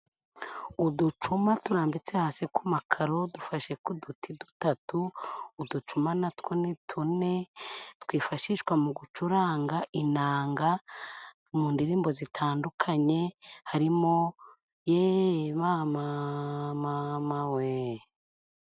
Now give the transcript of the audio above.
Uducuma turambitse hasi ku makaro dufashe k'uduti dutatu. Uducuma natwo ni tune twifashishwa mu gucuranga inanga mu ndirimbo zitandukanye, harimo eh mama mama we!